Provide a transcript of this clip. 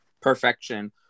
perfection